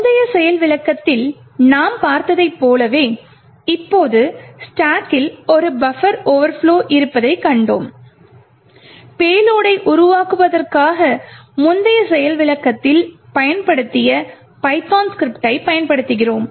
முந்தைய செயல் விளக்கத்தில் நாம் பார்த்ததைப் போலவே இப்போது ஸ்டாக்கில் ஒரு பஃபர் ஓவர்ப்லொ இருப்பதைக் கண்டோம் பேலோடை உருவாக்குவதற்காக முந்தைய செயல் விளக்கத்தில் பயன்படுத்திய பைதான் ஸ்கிரிப்டைப் பயன்படுத்துகிறோம்